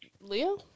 Leo